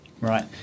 Right